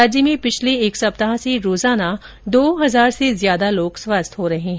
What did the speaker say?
राज्य में पिछले एक सप्ताह से रोजाना दो हजार से ज्यादा लोग स्वस्थ हो रहे हैं